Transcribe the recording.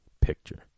picture